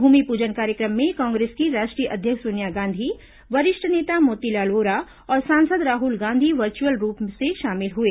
भूमिपूजन कार्य क्र म में कांग्रेस की राष्ट्रीय अध्यक्ष सोनिया गांधी वरिष्ठ नेता मोतीलाल वोरा और सांसद राहल गांधी वर्चअल रूप से शामिल हए